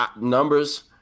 numbers